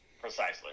Precisely